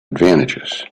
advantages